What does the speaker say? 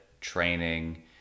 training